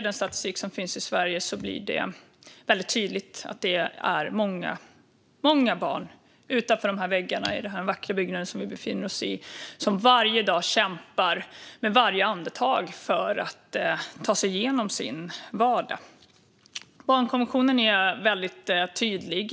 Denna statistik gör det tydligt att det är många barn utanför denna vackra byggnad som dagligen och med varje andetag kämpar för att ta sig igenom sin vardag. Barnkonventionen är tydlig.